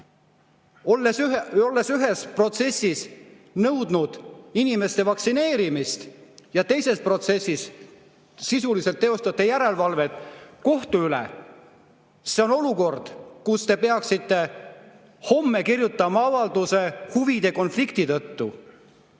Olete ühes protsessis nõudnud inimeste vaktsineerimist ja teises protsessis sisuliselt teostate järelevalvet kohtu üle. See on olukord, kus te peaksite homme kirjutama avalduse huvide konflikti tõttu.